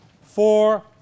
Four